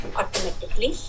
automatically